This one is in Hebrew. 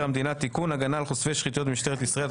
המדינה (תיקון - הגנה על חושפי שחיתויות במשטרת ישראל),